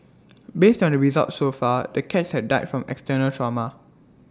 based on the results so far the cats had died from external trauma